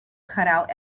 cutout